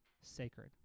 sacred